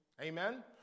Amen